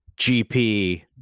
GP